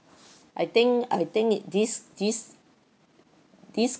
I think I think it this this this